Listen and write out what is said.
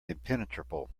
impenetrable